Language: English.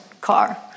car